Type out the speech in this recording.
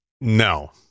No